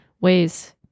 ways